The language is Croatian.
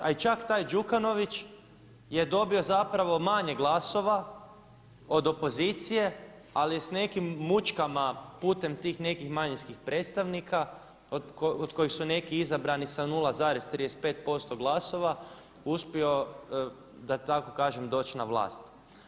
A i čak taj Đukanović je dobio zapravo manje glasova od opozicije, ali je s nekim mučkama putem tih nekih manjinskih predstavnika od kojih su neki izabrani sa 0,35% glasova uspio da tako kažem doći na vlast.